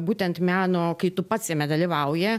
būtent meno kai tu pats jame dalyvauji